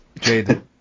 Jade